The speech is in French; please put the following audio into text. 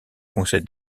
conseil